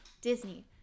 Disney